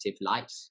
light